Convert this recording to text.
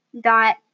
dot